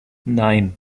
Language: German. nein